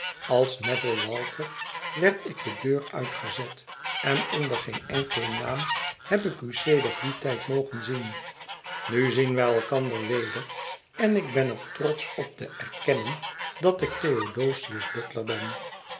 als m'neville walter werd ik de deur uitgezet en onder geen enkelen naam heb ik u sedert dien tijd mogen zien nu zien wij elkander weder en ik ben er trotsch op te erkennen dat ik theodosius butler ben